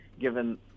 given